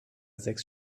sechs